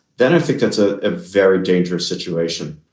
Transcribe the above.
then i think that's a very dangerous situation,